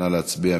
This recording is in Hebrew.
נא להצביע.